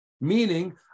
meaning